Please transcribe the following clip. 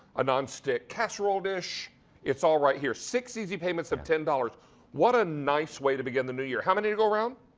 a non stick casserole dish it's. all right here. six easy payments of ten dollars what. a nice way to begin the new year. how many would go around?